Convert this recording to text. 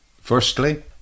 Firstly